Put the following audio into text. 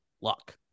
luck